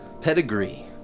pedigree